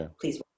please